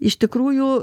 iš tikrųjų